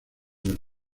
del